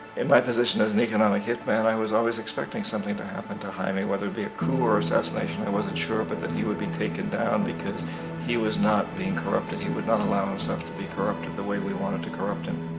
in my position as an economic hitman, i was always expecting something to happen to jaime, whether it'd be a coup or assassination, i wasn't sure, but that he would be taken down, because he was not beeing corrupted, he would not allow himself to be corrupted the way we wanted to corrupt him.